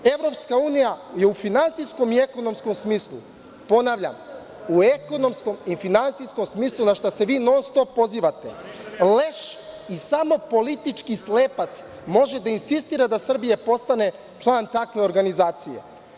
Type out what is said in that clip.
Evropska unija je u finansijskom i ekonomskom smislu, ponavljam, u ekonomskom i finansijskom smislu, na šta se vi non stop pozivate, leš i samo politički slepac može da insistira da Srbija postane član takve organizacije.